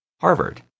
Harvard